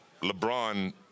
LeBron